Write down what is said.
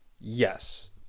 yes